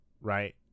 right